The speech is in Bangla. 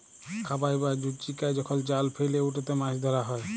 খাবাই বা জুচিকাই যখল জাল ফেইলে উটতে মাছ ধরা হ্যয়